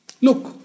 look